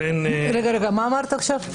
מה אמרת עכשיו?